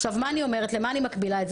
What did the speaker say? עכשיו אני אומר למה אני מקבילה את זה.